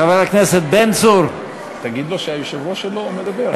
חבר הכנסת בן צור, תגיד לו שהיושב-ראש שלו מדבר.